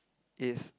is